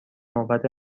نوبت